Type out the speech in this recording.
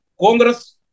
Congress